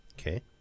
Okay